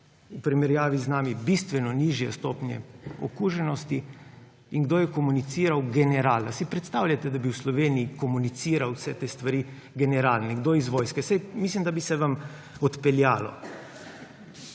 v primerjavi z nami bistveno nižje stopnje okuženosti. In kdo je komuniciral? General. Ali si predstavljate, da bi v Sloveniji komuniciral vse te stvari general, nekdo iz vojske? Saj mislim, da bi se vam odpeljalo.